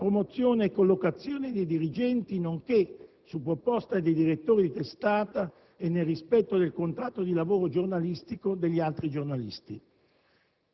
la promozione e la collocazione di dirigenti, nonché, su proposta dei direttori di testata e nel rispetto del contratto di lavoro giornalistico, degli altri giornalisti.